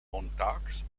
montags